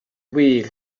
wir